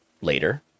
later